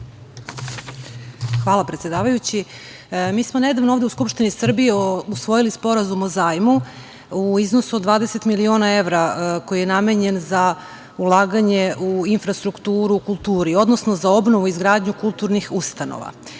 Hvala, predsedavajući. Mi smo nedavno ovde u Skupštini Srbije usvojili sporazum o zajmu u iznosu od 20 miliona evra koji je namenjen za ulaganje u infrastrukturu u kulturi, odnosno za obnovu, izgradnju kulturnih ustanova.